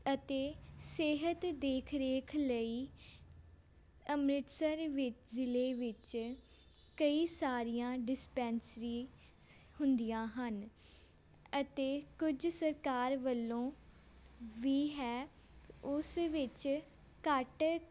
ਅਤੇ ਸਿਹਤ ਦੇਖ ਰੇਖ ਲਈ ਅੰਮ੍ਰਿਤਸਰ ਵਿੱਚ ਜ਼ਿਲ੍ਹੇ ਵਿੱਚ ਕਈ ਸਾਰੀਆਂ ਡਿਸਪੈਂਸਰੀ ਹੁੰਦੀਆਂ ਹਨ ਅਤੇ ਕੁਝ ਸਰਕਾਰ ਵੱਲੋਂ ਵੀ ਹੈ ਉਸ ਵਿੱਚ ਘੱਟ